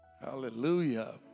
Hallelujah